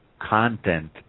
content